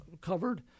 covered